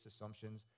assumptions